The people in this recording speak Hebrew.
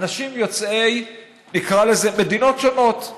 ישבו אנשים יוצאי מדינות שונות,